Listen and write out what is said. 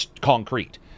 concrete